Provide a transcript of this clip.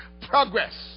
progress